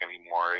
anymore